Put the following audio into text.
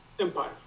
Empire